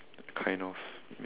kind of